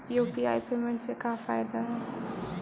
UPI payment से का फायदा है?